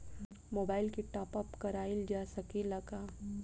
Mobile के top आप कराइल जा सकेला का?